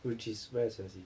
which is very expensive